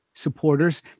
supporters